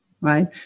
right